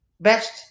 best